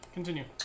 Continue